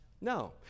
No